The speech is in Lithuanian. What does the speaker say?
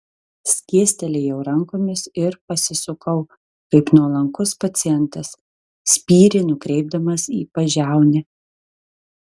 skėstelėjau rankomis ir pasisukau kaip nuolankus pacientas spyrį nukreipdamas į pažiaunę